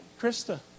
Krista